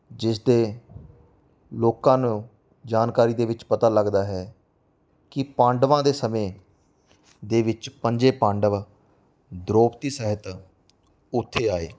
ਜਿਸ ਦੇ ਲੋਕਾਂ ਨੂੰ ਜਾਣਕਾਰੀ ਦੇ ਵਿੱਚ ਪਤਾ ਲੱਗਦਾ ਹੈ ਕਿ ਪਾਂਡਵਾਂ ਦੇ ਸਮੇਂ ਦੇ ਵਿੱਚ ਪੰਜੇ ਪਾਂਡਵ ਦਰੋਪਤੀ ਸਹਿਤ ਉੱਥੇ ਆਏ